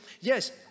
Yes